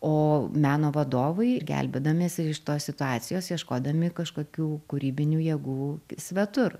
o meno vadovai ir gelbėdamiesi iš tos situacijos ieškodami kažkokių kūrybinių jėgų svetur